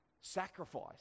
sacrifice